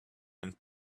and